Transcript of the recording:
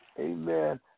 Amen